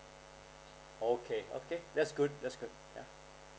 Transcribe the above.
okay okay that's good that's good yeah